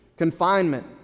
Confinement